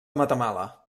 matamala